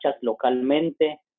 localmente